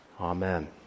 Amen